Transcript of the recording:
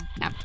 No